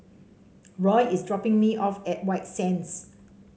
Roy is dropping me off at White Sands